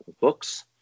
books